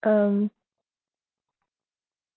um